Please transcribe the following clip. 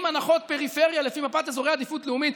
עם הנחות בפריפריה לפי מפת אזורי עדיפות לאומית.